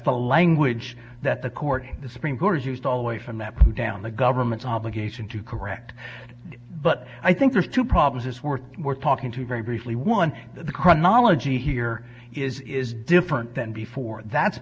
the language that the court the supreme court is used all the way from that down the government's obligation to correct but i think there's two problems it's worth we're talking two very briefly one the chronology here is different than before that's